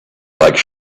like